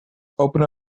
open